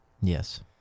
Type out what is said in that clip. Yes